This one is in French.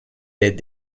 des